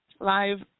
live